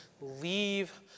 leave